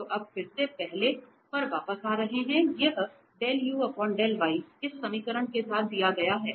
तो अब फिर से पहले पर वापस आ रहा है यह इस समीकरण के साथ दिया गया है